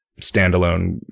standalone